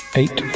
eight